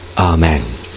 Amen